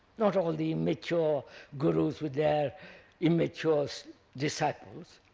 not all the immature gurus with their immature so disciples,